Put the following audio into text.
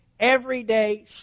everyday